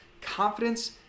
Confidence